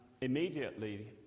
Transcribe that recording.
immediately